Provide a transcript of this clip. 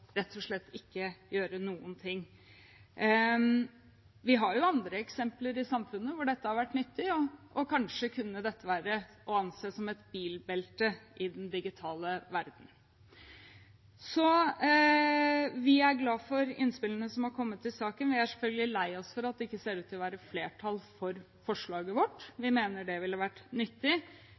slett ikke gjøre noen ting. Vi har jo andre eksempler i samfunnet hvor dette har vært nyttig, og kanskje kunne det være å anse som et bilbelte i den digitale verden. Vi er glade for innspillene som er kommet til saken, men vi er selvfølgelig lei oss for at det ikke ser ut til å være flertall for forslaget vårt. Vi mener det ville vært nyttig.